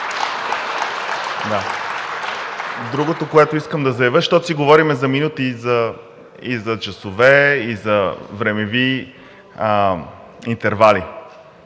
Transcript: Другото, което искам да заявя, защото си говорим за минути, за часове и за времеви интервали.